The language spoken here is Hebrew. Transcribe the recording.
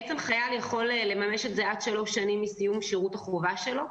חייל יכול לממש את זה תוך שלוש שנים מסיום שירות החובה שלו.